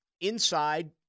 inside